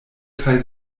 kaj